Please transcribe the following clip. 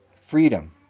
Freedom